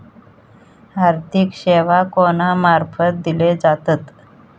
आर्थिक सेवा कोणा मार्फत दिले जातत?